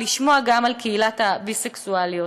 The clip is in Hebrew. ולשמוע גם על קהילת הביסקסואליות.